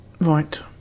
Right